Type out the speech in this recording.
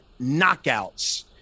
knockouts